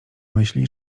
myśli